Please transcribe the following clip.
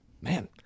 man